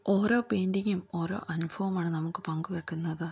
ഓരോ പെയിൻറ്റിങ്ങും ഓരോ അനുഭവമാണ് നമുക്ക് പങ്കു വെക്കുന്നത്